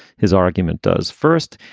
his argument does. first,